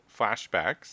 flashbacks